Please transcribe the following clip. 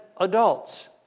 adults